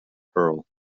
pearl